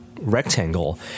rectangle